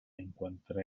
encuentra